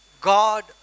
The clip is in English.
God